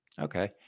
Okay